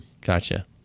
gotcha